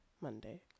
Monday